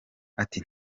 ati